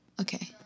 Okay